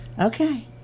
Okay